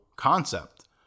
concept